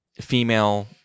female